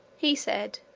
he said,